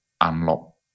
unlock